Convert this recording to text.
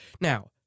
Now